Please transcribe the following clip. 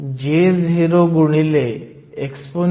तर आपण ते येथे भरू शकतो म्हणजे De हे 3